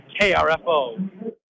KRFO